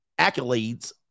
accolades